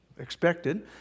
expected